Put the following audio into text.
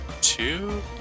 Two